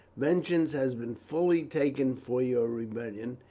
vengeance has been fully taken for your rebellion,